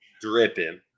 dripping